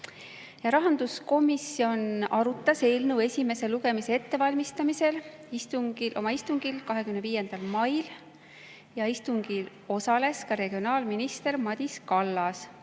Rahanduskomisjon arutas eelnõu esimese lugemise ettevalmistamisel oma istungil 25. mail. Istungil osalesid ka regionaalminister Madis Kallas